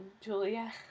Julia